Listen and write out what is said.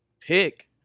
pick